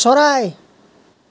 চৰাই